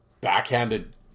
backhanded